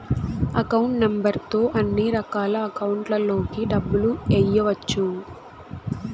account number తో అన్నిరకాల అకౌంట్లలోకి డబ్బులు ఎయ్యవచ్చు